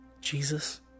Jesus